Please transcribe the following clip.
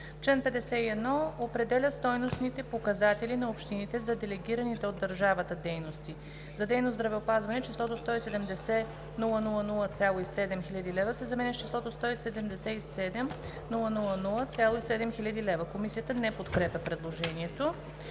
51 – Определя стойностите показатели на общините за делегираните от държавата дейности: За дейност „здравеопазване“ числото „170 000,7 хил. лв.“ се заменя с числото „177 000,7 хил. лв.“ Комисията не подкрепя предложението.